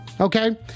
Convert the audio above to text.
Okay